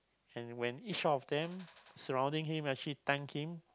and when each one of them surrounding him actually thank him